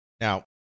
Now